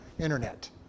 internet